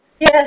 Yes